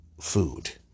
food